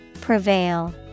Prevail